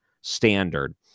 standard